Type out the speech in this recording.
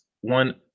one